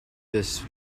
this